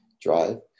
drive